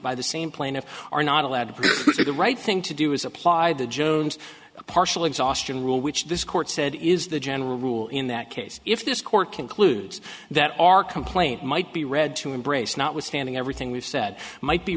by the same plaintiff are not allowed to do the right thing to do is apply the jones partial exhaustion rule which this court said is the general rule in that case if this court concludes that our complaint might be read to embrace not withstanding everything we've said might be